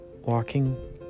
walking